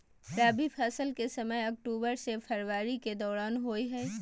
रबी फसल के समय अक्टूबर से फरवरी के दौरान होय हय